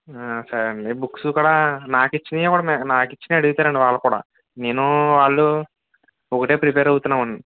సరే అండి బుక్సు కూడా నాకు ఇచ్చినవి వాళ్ళు నాకు ఇచ్చి నవి అడుగుతారండి వాళ్ళు కూడా నేను వాళ్ళు ఒకటే ప్రిపేర్ అవుతున్నాం అన్